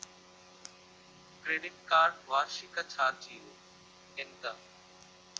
Credit card వార్షిక ఛార్జీలు ఎంత?